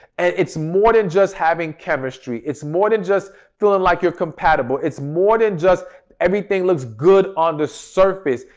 and it's more than just having chemistry, it's more than just feeling like you're compatible, it's more than just everything looks good on the surface.